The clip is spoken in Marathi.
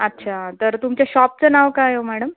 अच्छा तर तुमच्या शॉपचं नाव काय हो मॅडम